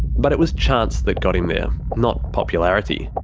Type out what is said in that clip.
but it was chance that got him there, not popularity.